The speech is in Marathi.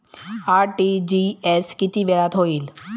आर.टी.जी.एस किती वेळात होईल?